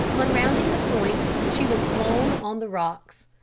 on rounding the point, she was blown on the rocks.